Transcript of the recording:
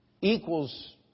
Equals